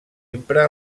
empra